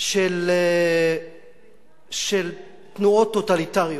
של תנועות טוטליטריות,